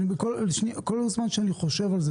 כל זמן שאני חושב על זה,